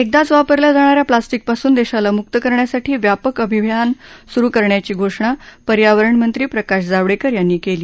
एकदाच वापरल्या जाणा या प्लास्टिकपासून देशाला मुक्त करण्यासाठी व्यापक अभियान सुरु करण्याची घोषणा पर्यावरणमंत्री प्रकाश जावडेकर यांनी केली